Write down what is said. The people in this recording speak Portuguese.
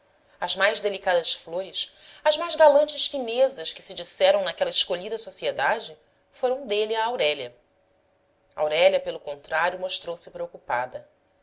as mais delicadas flores as mais galantes finezas que se disseram naquela escolhida sociedade foram dele a aurélia aurélia pelo contrário mostrou-se preocupada